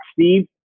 Steve